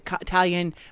Italian